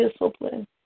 discipline